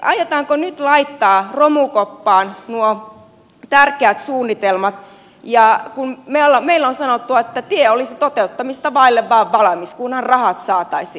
aiotaanko nyt laittaa romukoppaan nuo tärkeät suunnitelmat kun meille on sanottu että tie olisi vain toteuttamista vaille valmis kunhan rahat saataisiin